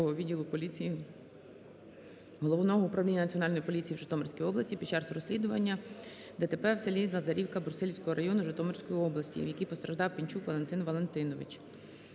ДТП в селі Лазарівка Брусилівського району Житомирської області, в якій постраждав Пінчук Валентин Валентинович.